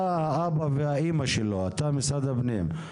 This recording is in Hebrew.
אתה האבא והאמא שלו, אתה משרד הפנים.